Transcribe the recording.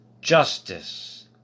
Justice